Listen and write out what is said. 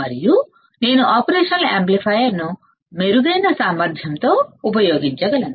మరియు నేను operational amplifier ను మెరుగైన సామర్థ్యంతో ఉపయోగించగలను